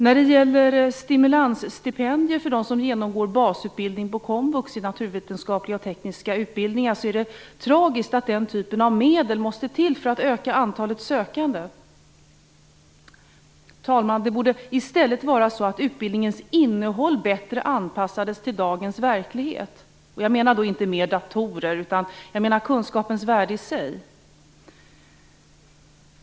När det gäller stimulansstipendier för dem som genomgår basutbildning på komvux i naturvetenskapliga och tekniska utbildningar är det tragiskt att den typen av medel måste till för att öka antalet sökande. Herr talman! Det borde i stället vara så att utbildningens innehåll bättre anpassades till dagens verklighet. Jag menar då inte mer datorer, utan kunskapens värde i sig.